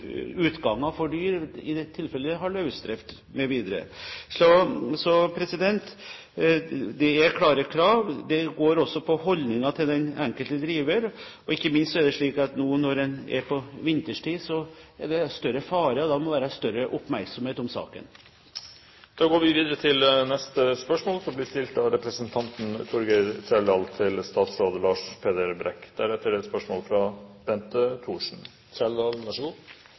for dyr i de tilfellene en har løsdrift mv. Så det er klare krav. Det går også på holdningene til den enkelte driver. Ikke minst er det slik at nå på vinterstid er det større fare for brann, og da må det være større oppmerksomhet om saken.